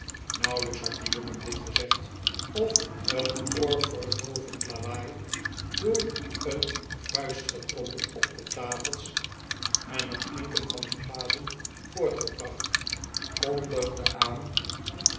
nauwelijks had de jongen dit gezegd of een oorverdoovend lawaai door een vuistgetrommel op de tafels en het klinken van glazen voortgebracht kondigde aan